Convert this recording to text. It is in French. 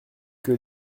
que